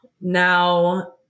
now